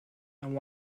and